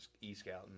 e-scouting